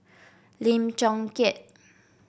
Lim Chong Keat